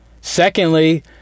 Secondly